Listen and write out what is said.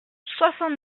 soixante